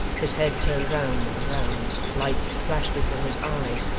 his head turned round and round, lights flashed before his eyes,